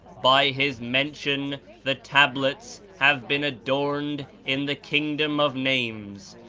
by his mention the tablets have been adorned in the kingdom of names,